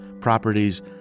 Properties